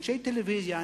אנשי טלוויזיה,